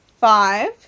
five